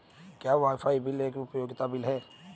क्या wifi bill एक उपयोगिता बिल है?